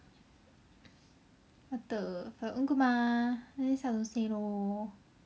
what the for your own good mah then next time I don't say lor